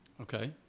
Okay